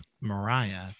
Mariah